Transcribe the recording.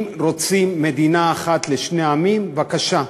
אם רוצים מדינה אחת לשני עמים, בבקשה,